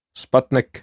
Sputnik